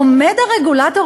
עומד הרגולטור,